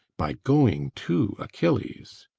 by going to achilles.